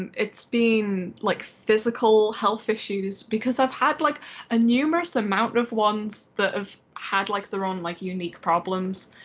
and it's been like physical health issues because i've had like a numerous amount of ones that have had like their own like unique problems.